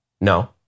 No